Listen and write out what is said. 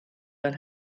fel